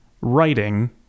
writing